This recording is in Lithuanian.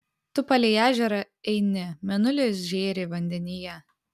tu palei ežerą eini mėnulis žėri vandenyje